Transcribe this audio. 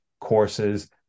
courses